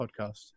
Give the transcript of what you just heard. podcast